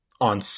on